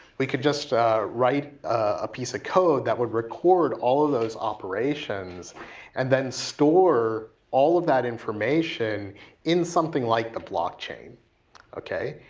we could just write a piece of code that would record all of those operation and then store all of that information in something like the blockchain, okay?